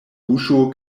buŝo